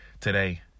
today